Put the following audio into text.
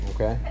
Okay